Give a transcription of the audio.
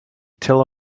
tell